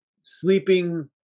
Sleeping